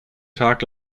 tag